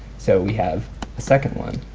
so we have a second one